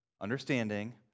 understanding